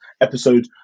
episode